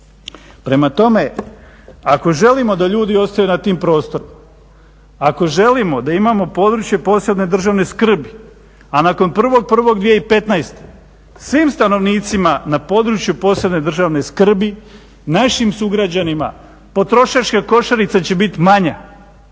Prema tome, ako želimo da ljudi ostaju na tim prostorima, ako želimo da imamo PPDS, a nakon 1.1.2015. svim stanovnicima na PPDS-u našim sugrađanima potrošačka košarica će bit manja.